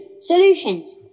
Solutions